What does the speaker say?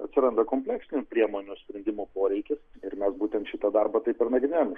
atsiranda kompleksinių priemonių sprendimo poreikis ir mes būtent šitą darbą taip ir nagrinėjom